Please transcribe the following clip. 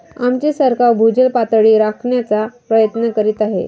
आमचे सरकार भूजल पातळी राखण्याचा प्रयत्न करीत आहे